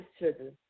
children